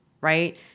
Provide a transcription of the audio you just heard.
right